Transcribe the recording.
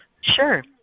Sure